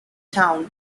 town